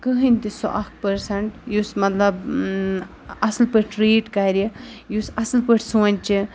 کٕہٕنۍ تہِ سُہ اَکھ پٔرسَنٛٹ یُس مطلب اَصٕل پٲٹھۍ ٹرٛیٖٹ کَرِ یُس اَصٕل پٲٹھۍ سونٛچہِ